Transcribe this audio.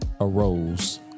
arose